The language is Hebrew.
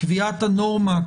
קביעת הנורמה,